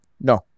No